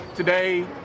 Today